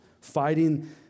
fighting